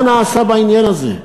מה נעשה בעניין הזה.